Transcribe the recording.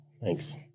thanks